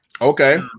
Okay